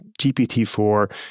GPT-4